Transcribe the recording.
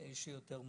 שיותר מהר,